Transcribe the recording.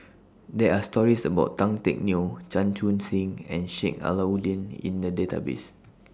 There Are stories about Tan Teck Neo Chan Chun Sing and Sheik Alau'ddin in The Database